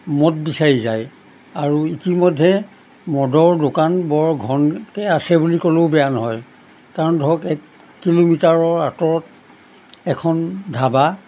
মদ বিচাৰি যায় আৰু ইতিমধ্যে মদৰ দোকান বৰ ঘনকৈ আছে বুলি ক'লেও বেয়া নহয় কাৰণ ধৰক এক কিলোমিটাৰৰ আঁতৰত এখন ধাবা